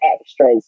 extras